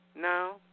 No